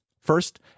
first